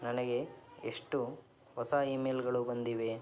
ನನಗೆ ಎಷ್ಟು ಹೊಸ ಇಮೇಲ್ಗಳು ಬಂದಿವೆ